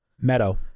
Meadow